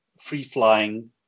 free-flying